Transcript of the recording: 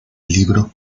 libro